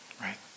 right